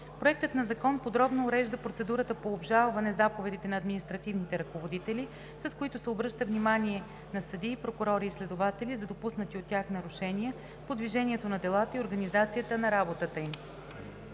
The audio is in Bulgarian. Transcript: Проектът на закон подробно урежда процедурата по обжалване заповедите на административните ръководители, с които се обръща внимание на съдии, прокурори и следователи за допуснати от тях нарушения по движението на делата и организацията на работата им.